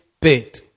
paid